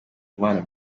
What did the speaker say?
umubano